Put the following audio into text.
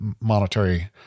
monetary